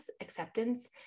acceptance